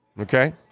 okay